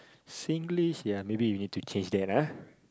Singlish ya maybe we need to change that ah